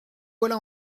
voilà